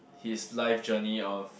his life journey of